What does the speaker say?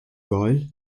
geil